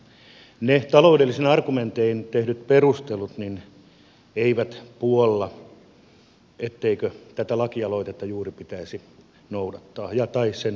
ne taloudellisin argumentein tehdyt perustelut eivät puolla sitä etteikö tätä lakialoitetta juuri pitäisi noudattaa tai sen mukaan toimia